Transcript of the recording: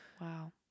wow